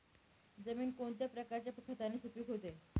जमीन कोणत्या प्रकारच्या खताने सुपिक होते?